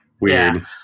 weird